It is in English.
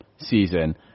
season